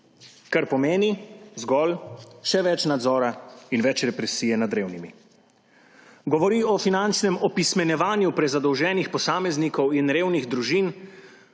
kar pomeni zgolj še več nadzora in več represije nad revnimi. Govori o finančnem opismenjevanju prezadolženih posameznikov in revnih družin,